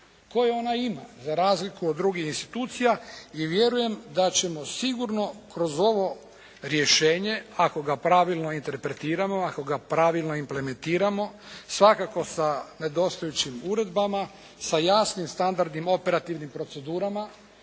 koje ona ima za razliku od drugih institucija i vjerujem da ćemo sigurno kroz ovo rješenje ako ga pravilno interpretiramo, ako ga pravilno implementiramo svakako sa nedostajućim odredbama, sa jasnim standardima i operativnim procedurama